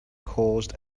caused